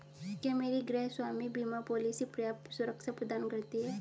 क्या मेरी गृहस्वामी बीमा पॉलिसी पर्याप्त सुरक्षा प्रदान करती है?